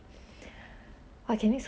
so is your main ingredient egg